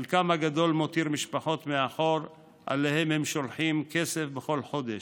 חלקם הגדול מותיר משפחות מאחור שאליהן הם שולחים כסף בכל חודש.